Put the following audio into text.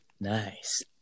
nice